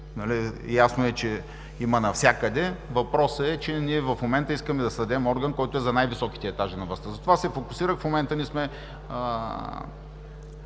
Ясно е, че корупция има навсякъде. Въпросът е, че в момента искаме да създадем орган, който е за най-високите етажи на властта, затова се фокусирах. В момента сме